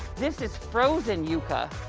this is frozen yuca!